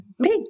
big